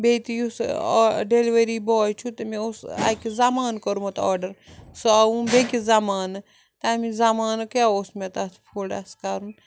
بیٚیہِ تہِ یُس ڈیٚلؤری باے چھُ تہٕ مےٚ اوس اَکہِ زَمانہٕ کوٚرمُت آرڈَر سُہ آو بیٚکِس زَمانہٕ تَمہِ زَمانہٕ کیٛاہ اوس مےٚ تَتھ فُڈس کَرُن